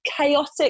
chaotic